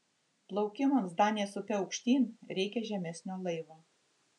plaukimams danės upe aukštyn reikia žemesnio laivo